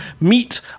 meet